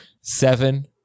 seven